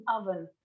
oven